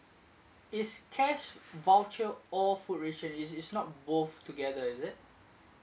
is cash voucher or food ration is is not both together is it